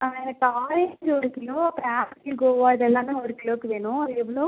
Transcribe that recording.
ஆ எனக்கு ஆரஞ்சு ஒரு கிலோ அப்புறம் ஆப்பிள் கோவா இதெல்லாம் ஒரு கிலோவுக்கு வேணும் அது எவ்வளோ